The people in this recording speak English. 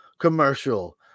commercial